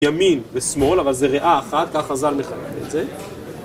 ימין ושמאל, אבל זה ריאה אחת, כך חז"ל מכנים את זה